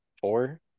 Four